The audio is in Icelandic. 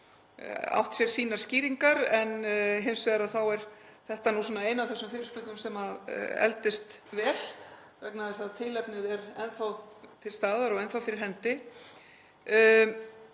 átt sér sínar skýringar. Hins vegar er þetta ein af þessum fyrirspurnum sem eldist vel vegna þess að tilefnið er enn þá til staðar og enn þá fyrir hendi.